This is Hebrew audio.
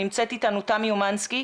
נמצאת איתנו תמי אומנסקי,